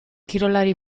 kirolari